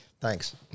Thanks